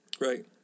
Right